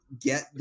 get